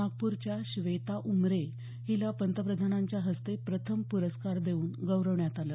नागपूरच्या श्वेता उमरे हिला पंतप्रधानांच्या हस्ते प्रथम पुरस्कार देऊन गौरवण्यात आलं